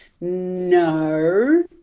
no